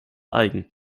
eigen